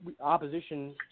opposition